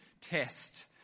test